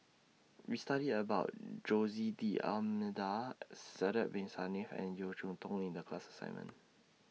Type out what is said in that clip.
We studied about Jose D'almeida Sidek Bin Saniff and Yeo Cheow Tong in The class assignment